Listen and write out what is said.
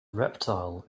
reptile